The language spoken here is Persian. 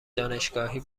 دانشگاهی